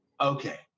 Okay